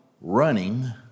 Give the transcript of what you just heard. running